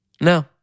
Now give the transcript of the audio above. No